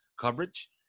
coverage